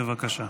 בבקשה.